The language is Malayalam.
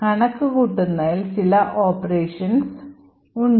കണക്കുകൂട്ടുന്നതിൽ ചില ഓപ്പറേഷൻസ് ഉണ്ട്